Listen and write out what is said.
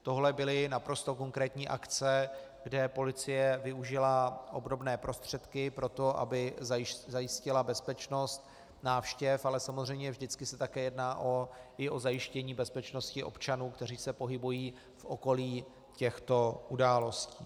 Tohle byly naprosto konkrétní akce, kde policie využila obdobné prostředky pro to, aby zajistila bezpečnost návštěv, ale samozřejmě vždycky se také jedná i o zajištění bezpečnosti občanů, kteří se pohybují v okolí těchto událostí.